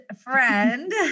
friend